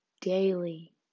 daily